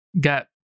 got